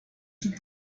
sind